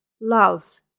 love